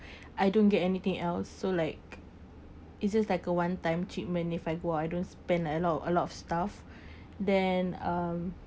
I don't get anything else so like it's just like a one time treatment if I go I don't spend a lot of a lot of stuff then um